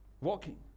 Walking